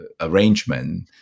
arrangement